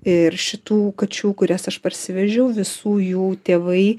ir šitų kačių kurias aš parsivežiau visų jų tėvai